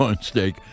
steak